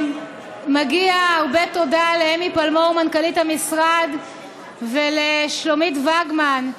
מגיע הרבה תודה לאמי פלמור מנכ"לית המשרד ולשלומית ווגמן,